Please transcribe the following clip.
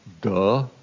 Duh